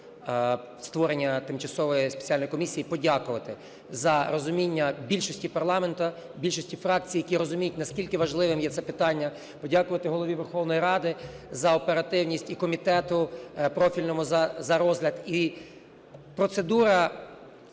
створення тимчасової спеціальної комісії подякувати за розуміння більшості парламенту, більшості фракцій, які розуміють, наскільки важливим є це питання, подякувати Голові Верховної Ради за оперативність. І комітету профільному за розгляд.